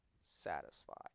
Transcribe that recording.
satisfied